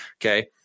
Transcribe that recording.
okay